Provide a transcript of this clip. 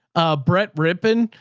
a bret ripping,